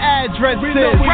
addresses